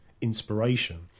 inspiration